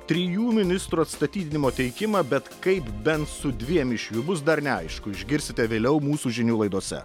trijų ministrų atstatydinimo teikimą bet kaip bent su dviem iš jų bus dar neaišku išgirsite vėliau mūsų žinių laidose